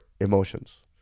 emotions